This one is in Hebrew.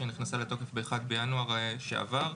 שנכנס לתוקף ב-1 בינואר שעבר.